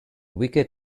wicked